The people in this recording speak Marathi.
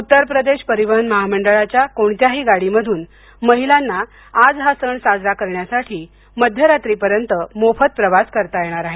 उत्तर प्रदेश परिवहन महामंडळाच्या कोणत्याही गाडीमधून महिलांना आज हा सण साजरा करण्यासाठी आज मध्यरात्रीपर्यंत मोफत प्रवास करता येणार आहे